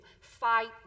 fight